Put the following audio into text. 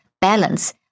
balance